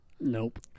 nope